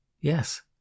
yes